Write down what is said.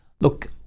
Look